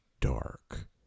dark